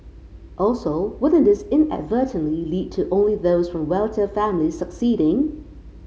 also wouldn't this inadvertently lead to only those from wealthier families succeeding